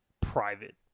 private